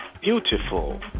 beautiful